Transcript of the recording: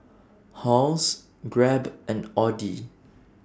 Halls Grab and Audi